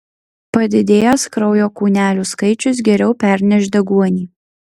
padidėjęs kraujo kūnelių skaičius geriau perneš deguonį